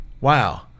wow